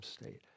state